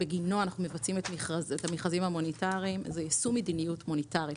שבגינו אנחנו מבצעים את המכרזים המוניטריים זה יישום מדיניות מוניטרית,